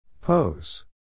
Pose